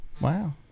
wow